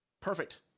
Perfect